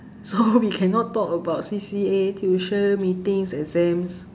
so we cannot talk about C_C_A tuition meeting exams yeah